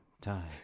time